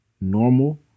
normal